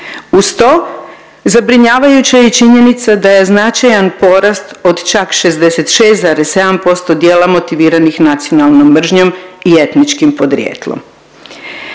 uz to zabrinjavajuća je i činjenica da je značajan porast od čak 66,7% djela motiviranih nacionalnom mržnjom i etničkim podrijetlom.